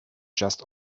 just